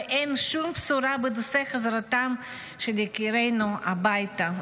ואין שום בשורה בנושא חזרתם של יקירינו הביתה.